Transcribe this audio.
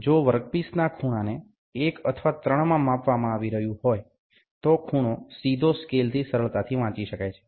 જો વર્કપીસના ખૂણા ને 1 અથવા 3માં માપવામાં આવી રહ્યું હોય તો ખૂણો સીધો સ્કેલથી સરળતાથી વાંચી શકાય છે